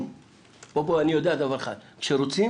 אני יודע דבר אחד: כשרוצים